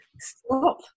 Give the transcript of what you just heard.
Stop